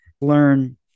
learn